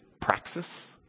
praxis